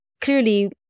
clearly